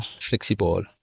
flexible